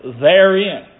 therein